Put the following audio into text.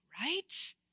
Right